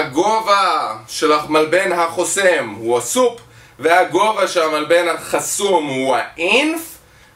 הגובה של המלבן החוסם הוא ה-sup והגובה של המלבן החסום הוא ה-inf,